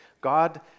God